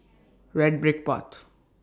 Red Brick Path